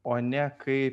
o ne kaip